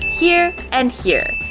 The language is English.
here, and here,